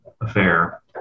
affair